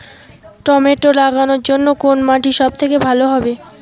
Tomato লাগানোর জন্যে কোন মাটি সব থেকে ভালো হবে?